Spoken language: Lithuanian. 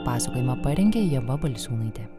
pasakojimą parengė ieva balsiūnaitė